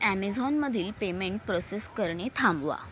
ॲमेझॉनमधील payment process करणे थांबवा